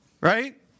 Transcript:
right